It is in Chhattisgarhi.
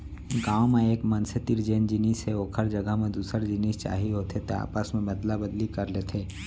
गाँव म एक मनसे तीर जेन जिनिस हे ओखर जघा म दूसर जिनिस चाही होथे त आपस मे अदला बदली कर लेथे